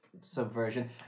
subversion